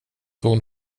hon